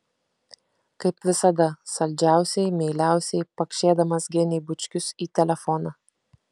kaip visada saldžiausiai meiliausiai pakšėdamas genei bučkius į telefoną